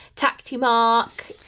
tacti mark,